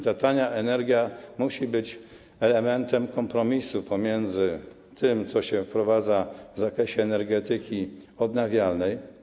Tania energia musi być elementem kompromisu pomiędzy tym, co się wprowadza w zakresie energetyki odnawialnej.